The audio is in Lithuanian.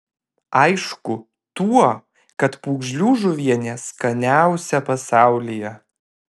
aišku tuo kad pūgžlių žuvienė skaniausia pasaulyje